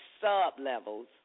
sub-levels